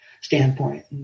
standpoint